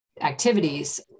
activities